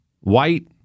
white